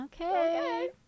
Okay